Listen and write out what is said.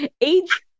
Age